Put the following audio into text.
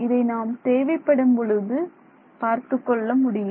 இதை நாம் தேவைப்படும் பொழுது பார்த்து கொள்ள முடியும்